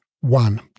One